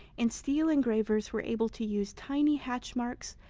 and steel engravers were able to use tiny hatch marks,